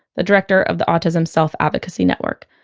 the director of the autism self advocacy network.